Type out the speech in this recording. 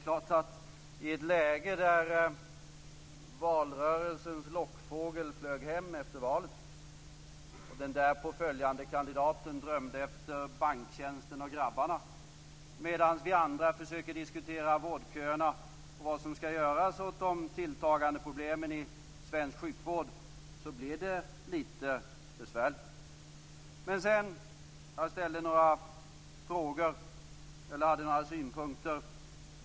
Valrörelsens lockfågel flög hem efter valet, och den därpå följande kandidaten drömde efter banktjänsten och grabbarna, medan vi andra försöker diskutera vårdköerna och vad som skall göras åt de tilltagande problemen i svensk sjukvård. Då blir det litet besvärligt. Jag ställde några frågor och hade några synpunkter.